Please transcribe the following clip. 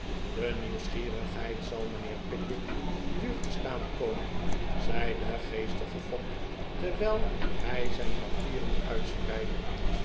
de nieuwsgierigheid zal mijnheer pickwick duur te staan komen zei de geestige fogg terwijl hij zijn papieren uitspreidde